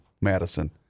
Madison